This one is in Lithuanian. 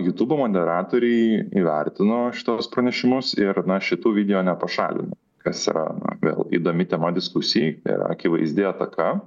jutubo moderatoriai įvertino šituos pranešimus ir na šitų video nepašalino kas yra na vėl įdomi tema diskusijai ir akivaizdi ataka